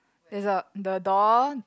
there's a the door